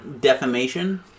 defamation